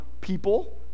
people